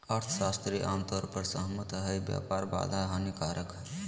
अर्थशास्त्री आम तौर पर सहमत हइ कि व्यापार बाधा हानिकारक हइ